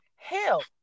Hell